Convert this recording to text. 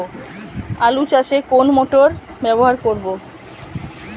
আলু চাষে কোন মোটর ব্যবহার করব?